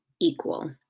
equal